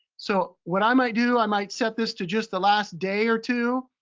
so what i might do, i might set this to just the last day or two,